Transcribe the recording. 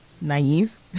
naive